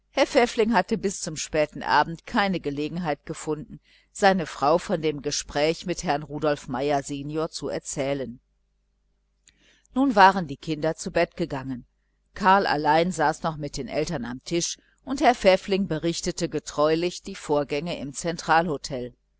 herr pfäffling hatte bis zum späten abend keine gelegenheit gefunden seiner frau von dem gespräch mit herrn rudolf meier sen zu erzählen nun waren die kinder zu bett gegangen karl allein saß noch mit den eltern am tisch und herr pfäffling berichtete getreulich die vorgänge im